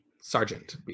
Sergeant